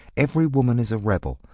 every woman is a rebel,